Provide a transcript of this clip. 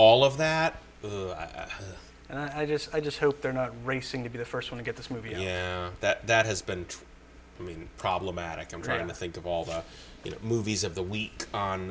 all of that and i just i just hope they're not racing to be the first one to get this movie that has been to me problematic i'm trying to think of all the movies of the week on